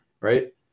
right